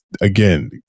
again